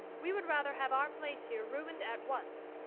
we would rather have our place here ruined at once,